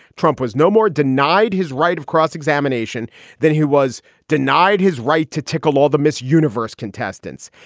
trump was no more denied his right of cross-examination than who was denied his right to tickle all the miss universe contestants.